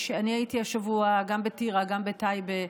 הייתי השבוע גם בטירה, גם בטייבה,